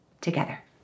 together